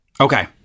Okay